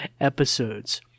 episodes